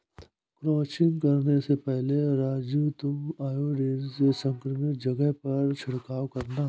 crutching करने से पहले राजू तुम आयोडीन से संक्रमित जगह पर छिड़काव करना